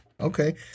Okay